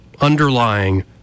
underlying